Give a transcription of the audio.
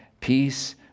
peace